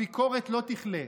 הביקורת לא תכלה.